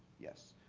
yes.